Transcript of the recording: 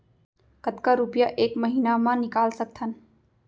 कतका रुपिया एक महीना म निकाल सकथन?